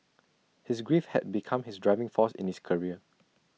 his grief had become his driving force in his career